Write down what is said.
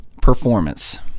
performance